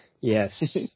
Yes